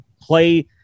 play